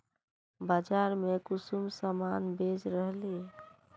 बाजार में कुंसम सामान बेच रहली?